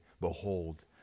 Behold